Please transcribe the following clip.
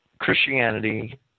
Christianity